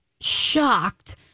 shocked